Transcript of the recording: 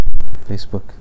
Facebook